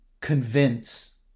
convince